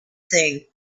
thing